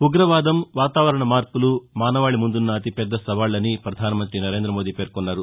ఉగ్రవాదం వాతావరణం మార్పులు మానవాళి ముందున్న అతిపెద్ద సవాళ్లని పధానమంత్రి నరేంద్రమోదీ పేర్కొన్నారు